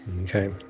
Okay